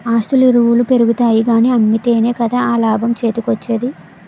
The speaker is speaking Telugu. ఆస్తుల ఇలువలు పెరుగుతాయి కానీ అమ్మితేనే కదా ఆ లాభం చేతికోచ్చేది?